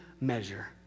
measure